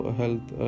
health